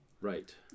Right